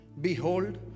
Behold